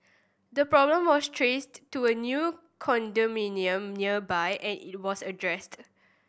the problem was traced to a new condominium nearby and it was addressed